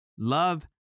Love